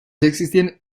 existieren